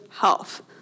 health